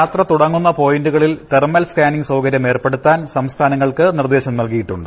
യാത്ര തുടങ്ങുന്ന പോയിന്റു കളിൽ തെർമൽ സ്കാനിംഗ് സൌകര്യം റ്റുർപ്പെടുത്താൻ സംസ്ഥന ങ്ങൾക്ക് നിർദേശം നൽകിയിട്ടുണ്ട്